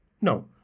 No